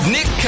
Nick